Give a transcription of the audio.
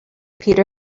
peter